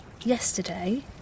yesterday